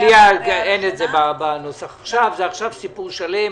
זה עכשיו סיכום שלם.